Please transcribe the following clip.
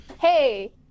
Hey